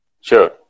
Sure